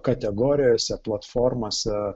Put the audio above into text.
kategorijose platformose